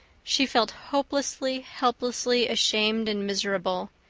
she felt hopelessly, helplessly ashamed and miserable.